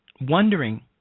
wondering